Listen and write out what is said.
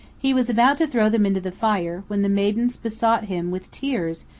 he was about to throw them into the fire, when the maidens besought him, with tears,